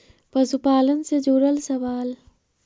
पशुपालन से जुड़ल सवाल?